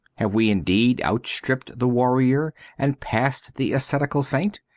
have we indeed outstripped the warrior and passed the ascetical saint?